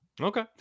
Okay